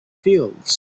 fields